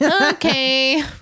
Okay